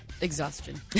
exhaustion